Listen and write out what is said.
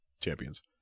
champions